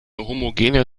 homogene